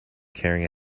carrying